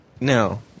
No